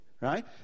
right